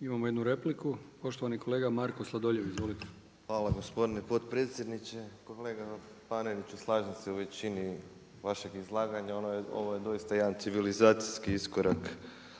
Imamo jednu repliku, poštovani kolega Marko Sladoljev. Izvolite. **Sladoljev, Marko (MOST)** Hvala gospodine potpredsjedniče, kolega Paneniću slažem se u većini vašeg izlaganja, ovo je doista jedan civilizacijski iskorak